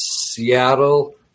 Seattle